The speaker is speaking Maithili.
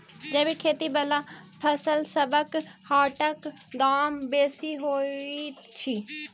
जैबिक खेती बला फसलसबक हाटक दाम बेसी होइत छी